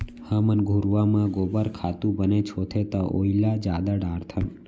हमन घुरूवा म गोबर खातू बनेच होथे त ओइला जादा डारथन